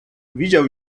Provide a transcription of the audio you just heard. widział